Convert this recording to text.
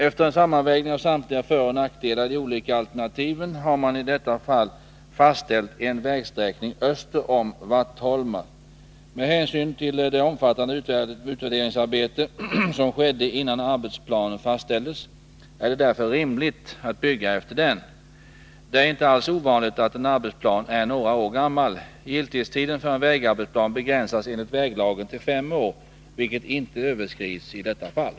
Efter en sammanvägning av samtliga föroch nackdelar i de olika alternativen har man i detta fall fastställt en vägsträckning öster om Vattholma. Med hänsyn till det omfattande utvärderingsarbete som skedde innan arbetsplanen fastställdes är det därför rimligt att bygga efter den. Det är inte alls ovanligt att en arbetsplan är några år gammal. Giltighetstiden för en vägarbetsplan begränsas enligt väglagen till fem år, vilket inte överskrids i detta fall.